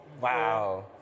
Wow